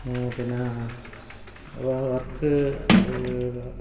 പിന്നെ വർക്ക്